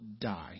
die